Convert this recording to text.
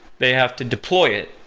they have to deploy it.